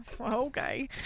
okay